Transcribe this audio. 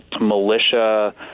militia